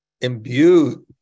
imbued